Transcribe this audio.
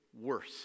worse